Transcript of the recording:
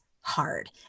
hard